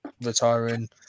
retiring